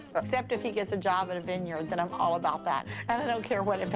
except if he gets a job in a vineyard. then i'm all about that and i don't care what it but